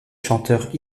chanteurs